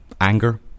anger